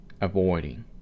avoiding